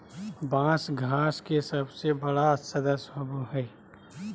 बाँस घास के सबसे बड़ा सदस्य होबो हइ